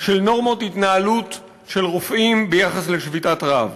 של נורמות התנהלות של רופאים ביחס לשביתת רעב.